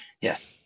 Yes